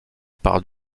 par